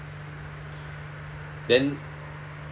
then